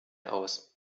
aus